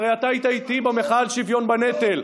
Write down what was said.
הרי אתה היית איתי במחאה על שוויון בנטל,